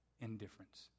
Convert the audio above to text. Indifference